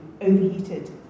overheated